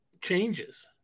changes